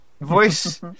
voice